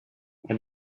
and